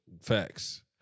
Facts